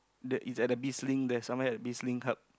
the it's at the Bizlink there somewhere at Bizlink hub